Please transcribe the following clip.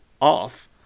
off